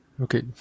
Okay